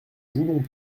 voulons